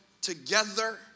together